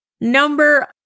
Number